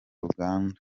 uganda